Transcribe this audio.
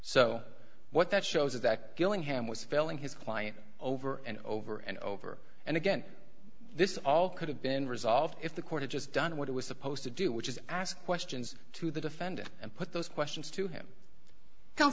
so what that shows is that gillingham was failing his client over and over and over and again this all could have been resolved if the court had just done what it was supposed to do which is ask questions to the defendant and put those questions to him come